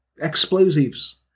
explosives